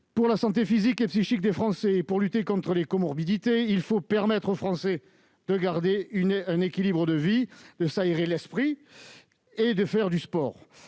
Pour la santé physique et psychique des Français et pour lutter contre les comorbidités, il faut permettre à nos concitoyens de garder un bon équilibre de vie, de s'aérer l'esprit et de faire du sport.